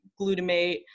glutamate